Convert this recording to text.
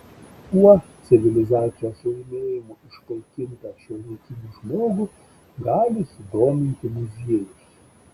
kuo civilizacijos laimėjimų išpaikintą šiuolaikinį žmogų gali sudominti muziejus